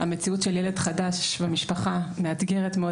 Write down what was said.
המציאות של ילד חדש במשפחה היא מאתגרת מאוד,